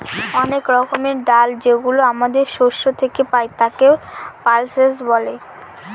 অনেক রকমের ডাল যেগুলো আমাদের শস্য থেকে পাই, তাকে পালসেস বলে